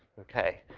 okay.